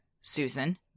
Susan